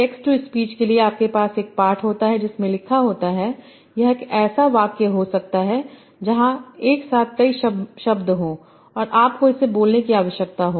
text to speech के लिए आपके पास एक पाठ होता है जिसमें लिखा होता है यह एक ऐसा वाक्य हो सकता है जहां एक साथ कई शब्द हों और आपको इसे बोलने की आवश्यकता हो